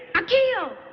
akio!